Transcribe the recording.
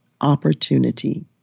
opportunity